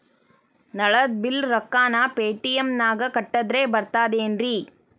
ನಳದ್ ಬಿಲ್ ರೊಕ್ಕನಾ ಪೇಟಿಎಂ ನಾಗ ಕಟ್ಟದ್ರೆ ಬರ್ತಾದೇನ್ರಿ?